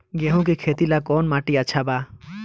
गेहूं के खेती ला कौन माटी अच्छा बा?